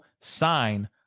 sign